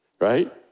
right